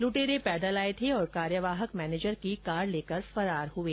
लुटेरे पैदल आए थे और कार्यवाहक मैनेजर की कार लेकर फरार हुए